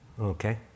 Okay